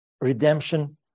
redemption